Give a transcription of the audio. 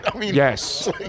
Yes